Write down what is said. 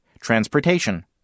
Transportation